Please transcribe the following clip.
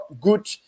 good